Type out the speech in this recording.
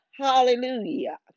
Hallelujah